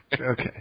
Okay